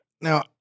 Now